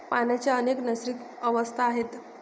पाण्याच्या अनेक नैसर्गिक अवस्था आहेत